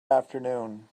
afternoon